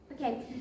Okay